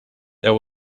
there